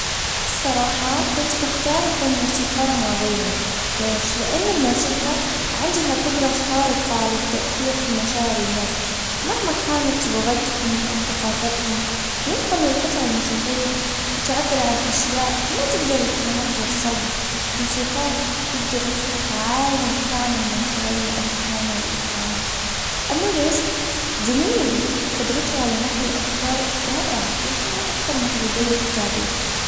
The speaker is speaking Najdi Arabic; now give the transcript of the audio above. الصراحة كنت اختار اكون موسيقار عظيما. ليش? لان الموسيقى عندها قدرة خارقة للتأثير في مشاعر الناس مهما كانت لغتهم او ثقافتهم يمكن للقطع الموسيقية ان تعبر عن اشياء ما تجدر الكلمات توصلها. موسيقار يجدر يخلق عالم كامل من خلال الالحان والايقاعاتأما الرسم جميل وقدرته على نقل الافكار رائعة لكنه اكثر محدودية في التعبير.